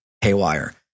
haywire